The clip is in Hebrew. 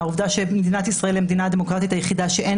העובדה שמדינת ישראל היא המדינה הדמוקרטית היחידה שאין